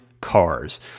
cars